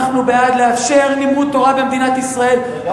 אנחנו בעד לאפשר לימוד תורה במדינת ישראל.